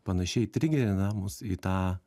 panašiai trigerina mus į tą